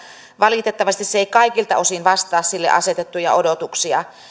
valitettavasti se ei kaikilta osin vastaa sille asetettuja odotuksia